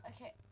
Okay